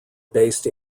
based